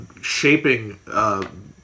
shaping